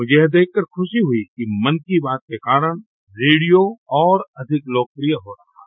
मुझे यह देखकर खुशी हुई कि मन की बात के कारण रेडियो और अधिक लोकप्रिय हो रहा है